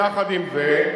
יחד עם זאת,